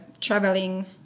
traveling